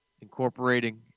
incorporating